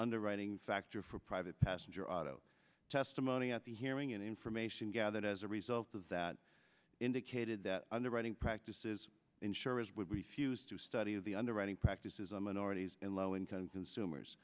underwriting factor for private passenger auto testimony at the hearing and information gathered as a result of that indicated that underwriting practices insurers would refuse to study the underwriting practices on minorities and low income consumers